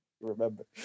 remember